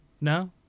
No